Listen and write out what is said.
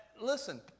listen